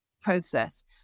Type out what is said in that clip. process